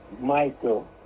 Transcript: Michael